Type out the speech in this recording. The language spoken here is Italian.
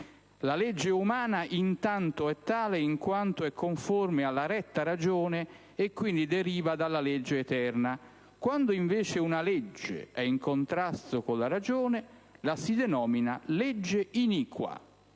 «La legge umana in tanto è tale in quanto è conforme alla retta ragione e quindi deriva dalla legge eterna. Quando invece una legge è in contrasto con la ragione, la si denomina legge iniqua;